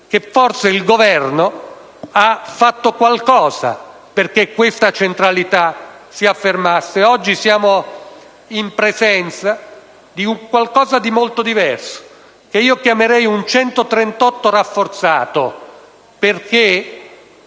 anche che il Governo ha fatto qualcosa perché questa centralità si affermasse. Oggi siamo in presenza di qualcosa di molto diverso, che chiamerei un «138 rafforzato», perché